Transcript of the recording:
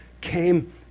came